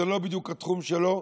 זה לא בדיוק התחום שלו.